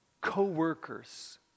co-workers